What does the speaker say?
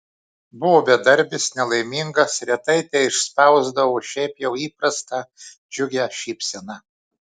buvo bedarbis nelaimingas retai teišspausdavo šiaip jau įprastą džiugią šypseną